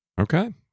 Okay